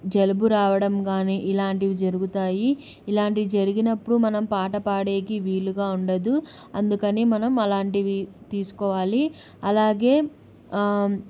జలుబు రావడం కానీ ఇలాంటివి జరుగుతాయి ఇలాంటివి జరిగినప్పుడు మనం పాట పాడేకి వీలుగా ఉండదు అందుకని మనం అలాంటివి తీసుకోవాలి అలాగే